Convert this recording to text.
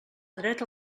dret